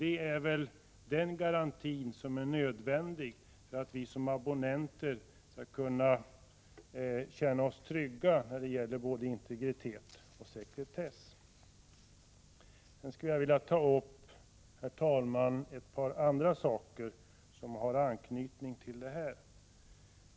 En sådan garanti är nödvändig för att vi som abonnenter skall kunna känna oss trygga när det gäller våra krav på integritet och sekretess. Jag vill också, herr talman, ta upp ett par andra frågor som har anknytning till det här.